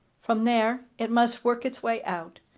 from there it must work its way out.